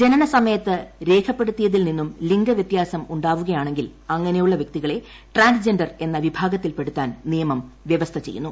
ജനുനസ്മൃയത്ത് രേഖപ്പെടുത്തിയതിൽ നിന്നും ലിംഗവിത്യാസം ഉണ്ടാവുകയാണ്ണെങ്കിൽ അങ്ങനെയുള്ള വ്യക്തികളെ ട്രാൻസ്ജെൻഡർ എന്ന വിഭാഗ്ഗത്തിൽപ്പെടുത്താൻ നിയമം വ്യവസ്ഥ ചെയ്യുന്നു